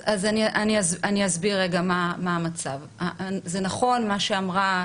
אז אני אסביר רגע מה המצב: זה נכון מה שאמרה